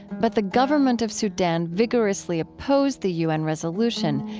but the government of sudan vigorously opposed the u n. resolution,